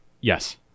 Yes